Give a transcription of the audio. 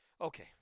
Okay